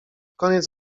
koniec